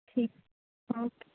ਠੀਕ ਹੈ ਓਕੇ